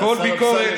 השר אמסלם,